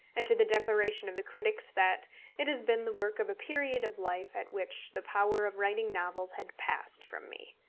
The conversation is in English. and to the declaration of the critics that it has been the work of a period of life at which the power of writing novels had passed from me.